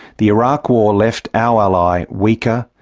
the iraq war left our ally weaker,